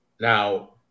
Now